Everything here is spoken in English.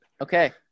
Okay